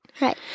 Right